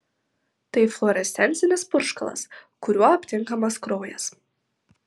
tai fluorescencinis purškalas kuriuo aptinkamas kraujas